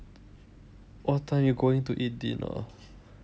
what time you going to eat dinner